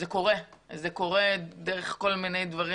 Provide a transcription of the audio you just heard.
זה קורה דרך כל מיני דברים.